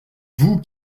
vous